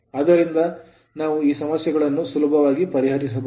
ಅದರಿಂದ ನಾವು ಈ ಸಮಸ್ಯೆಗಳನ್ನು ಸುಲಭವಾಗಿ ಪರಿಹರಿಸಬಹುದು